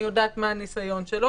אני יודעת מה הניסיון שלו